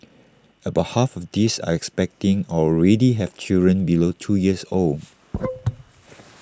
about half of these are expecting or already have children below two years old